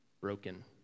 broken